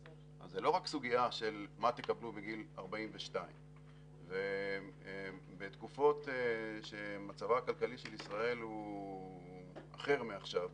אז זה לא רק סוגיה של מה תקבלו בגיל 42. בתקופות שמצבה הכלכלי של ישראל הוא אחר מעכשיו,